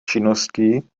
činností